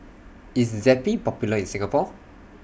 IS Zappy Popular in Singapore